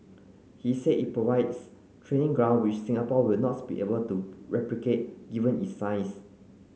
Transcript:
he say it provides training ground which Singapore will not be able to replicate given its size